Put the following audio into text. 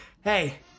hey